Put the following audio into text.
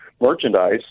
merchandise